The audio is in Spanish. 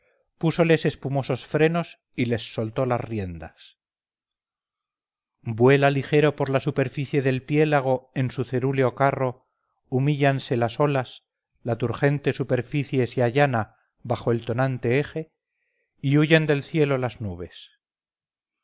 caballos púsoles espumosos frenos y les soltó las riendas vuela ligero por la superficie del piélago en su cerúleo carro humíllanse las olas la turgente superficie se allana bajo el tonante eje y huyen del cielo las nubes